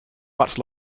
much